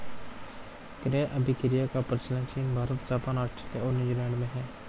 क्रय अभिक्रय का प्रचलन चीन भारत, जापान, आस्ट्रेलिया और न्यूजीलैंड में है